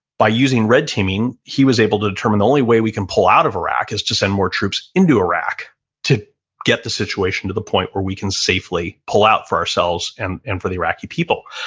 by using red teaming, he was able to determine the only way we can pull out of iraq is to send more troops into iraq to get the situation to the point where we can safely pull out for ourselves and and for the iraqi people.